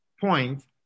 point